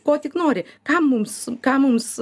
ko tik nori kam mums ką mums